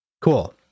Cool